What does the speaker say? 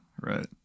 right